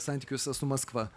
santykiuose su maskva